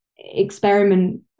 experiment